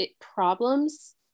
problems